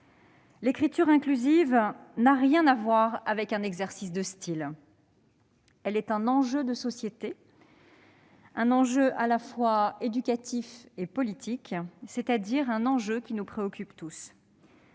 L'écriture inclusive n'a rien à voir avec un exercice de style. Elle est un enjeu de société, un enjeu à la fois éducatif et politique, c'est-à-dire un enjeu qui nous préoccupe tous.